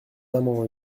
amants